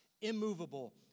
immovable